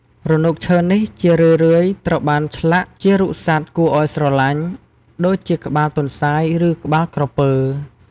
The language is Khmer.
រនុកឈើនេះជារឿយៗត្រូវបានឆ្លាក់ជារូបសត្វគួរឲ្យស្រឡាញ់ ដូចជាក្បាលទន្សាយ ឬក្បាលក្រពើ។